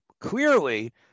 clearly